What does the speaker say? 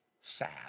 sad